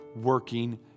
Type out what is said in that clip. working